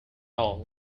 all